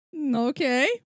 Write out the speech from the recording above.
Okay